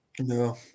No